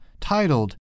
titled